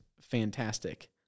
fantastic